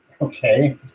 Okay